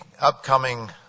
upcoming